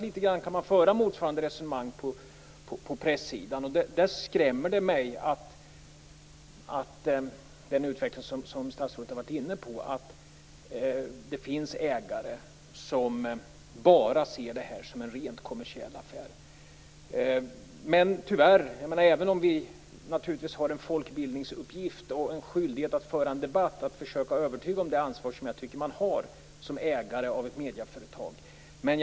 Litet grand kan motsvarande resonemang föras på pressidan. När det gäller den utveckling som statsrådet var inne på skrämmer det mig att det finns ägare som bara ser det här som en rent kommersiell affär. Även om vi, naturligtvis, har en folkbildningsuppgift och en skyldighet att föra en debatt gäller det att försöka övertyga om det ansvar som jag tycker att ägare av medieföretag har.